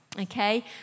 okay